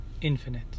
infinite